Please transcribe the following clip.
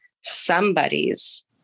somebody's